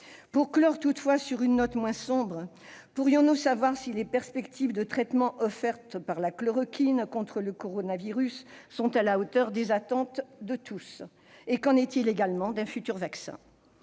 Pour clore toutefois sur une note moins sombre, pourrions-nous savoir si les perspectives de traitement offertes par la chloroquine contre le coronavirus sont à la hauteur des attentes de tous ? Qu'en est-il également d'un futur vaccin ?